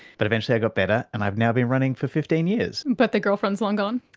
but eventually i got better and i've now been running for fifteen years. but the girlfriend is long gone?